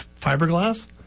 fiberglass